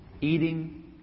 eating